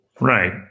Right